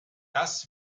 das